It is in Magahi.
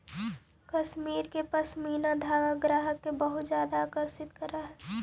कश्मीर के पशमीना धागा ग्राहक के बहुत ज्यादा आकर्षित करऽ हइ